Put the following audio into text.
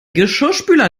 geschirrspüler